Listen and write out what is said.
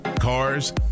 cars